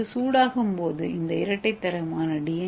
இது சூடாகும்போது இந்த இரட்டை தரமான டி